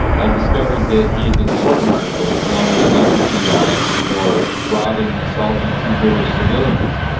i discovered that he had been court-martialed along with another g i. for robbing and assaulting two british civilians.